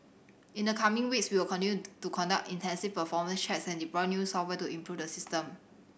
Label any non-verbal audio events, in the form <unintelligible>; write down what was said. in the coming weeks we will <unintelligible> to conduct intensive performance checks and deploy new software to improve the system